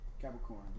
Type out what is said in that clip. Capricorn